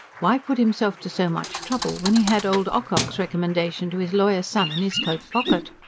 why put himself to so much trouble, when he had old ocock's recommendation to his lawyer-son in his coat pocket?